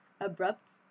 abrupt